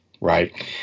right